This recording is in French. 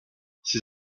ces